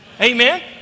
Amen